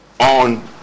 on